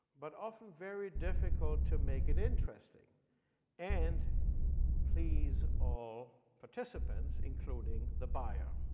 but often very difficult to make it interesting and please all participants, including the buyer.